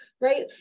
right